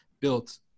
built